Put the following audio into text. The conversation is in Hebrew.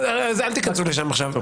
אל תכנסו לזה עכשיו.